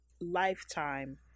lifetime